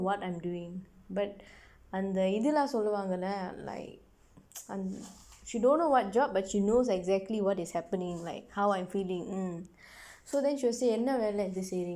what I'm doing but அந்த இதுல சொல்வாங்கள:andtha ithula solvaangkala like she don't know what job but she knows exactly what is happening like how I'm feeling mm so then she will say என்ன வேலை செய்றேங்க:enna veelai seyreengka